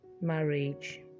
marriage